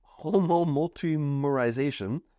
homomultimerization